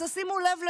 תשימו לב לזה,